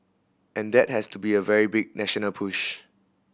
and that has to be a very big national push